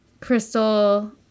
Crystal